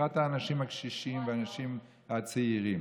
בפרט האנשים הקשישים והאנשים הצעירים.